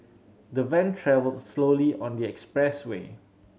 the van travelled slowly on expressway